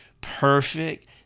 perfect